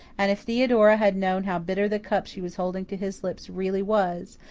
and if theodora had known how bitter the cup she was holding to his lips really was,